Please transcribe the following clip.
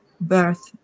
birth